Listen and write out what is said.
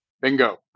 Bingo